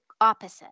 opposite